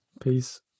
Peace